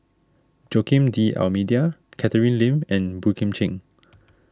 Joaquim D'Almeida Catherine Lim and Boey Kim Cheng